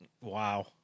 Wow